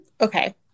okay